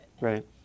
Right